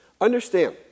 Understand